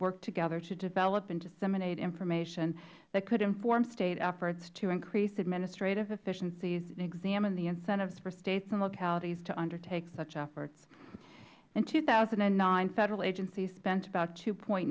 work together to develop and disseminate information that could inform state efforts to increase administrative efficiencies and examine the incentives for states and localities to undertake such efforts in two thousand and nine federal agencies spent about two